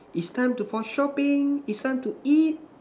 it's time to for shopping it's time to eat